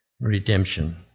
redemption